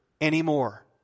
anymore